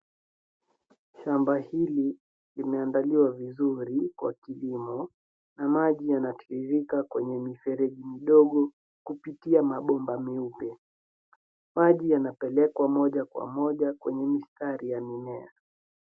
Shamba hili limeandaliwa vizuri kwa kilimo na maji yanatiririka kwenye mifereji midogo kupitia mabomba meupe. Maji yanapelekwa moja kwa moja kwenye mistari ya mimea.